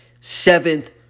seventh